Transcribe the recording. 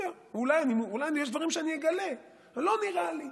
אולי יש דברים שאני אגלה, אבל לא נראה לי.